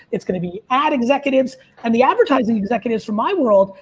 it's going to be ad executives. and the advertising executives from my world,